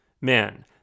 men